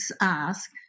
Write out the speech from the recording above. ask